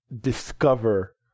discover